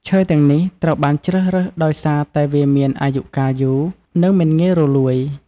ឈើទាំងនេះត្រូវបានជ្រើសរើសដោយសារតែវាមានអាយុកាលយូរ និងមិនងាយរលួយ។